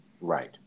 Right